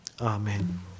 Amen